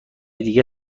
دیگر